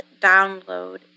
download